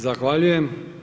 Zahvaljujem.